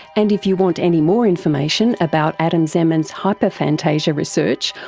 and if you want any more information about adam zeman's hyperphantasia research,